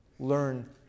learn